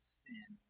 sin